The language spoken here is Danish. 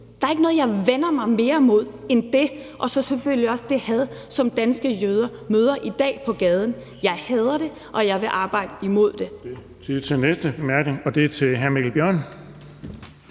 Der er ikke noget, jeg vender mig mere imod en det og så selvfølgelig også det had, som danske jøder møder på gaden i dag. Jeg hader det, og jeg vil arbejde imod det.